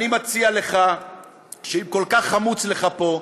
אני מציע לך שאם כל כך חמוץ לך פה,